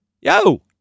yo